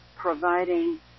providing